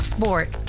Sport